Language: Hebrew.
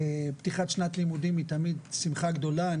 פתיחת שנת לימודים היא תמיד שמחה גדולה.